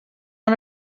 one